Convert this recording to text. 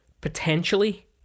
potentially